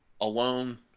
alone